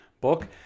book